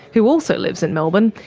who also lives in melbourne,